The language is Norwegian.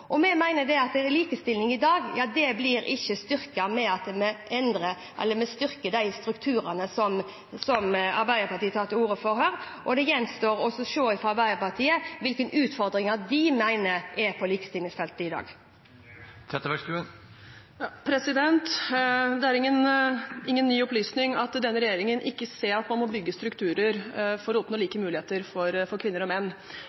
at likestilling i dag ikke blir styrket ved at vi styrker de strukturene som Arbeiderpartiet tar til orde for her. Det gjenstår å få høre fra Arbeiderpartiet hvilke utfordringer de mener at det er på likestillingsfeltet i dag. Det er ingen ny opplysning at denne regjeringen ikke ser at man må bygge strukturer for å oppnå like muligheter for kvinner og menn.